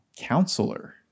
counselor